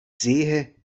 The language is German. sehe